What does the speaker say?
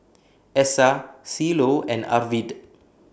Essa Cielo and Arvid